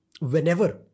whenever